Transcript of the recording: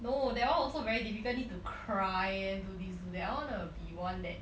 no that one also very difficult need to cry and do this do that I want to be one that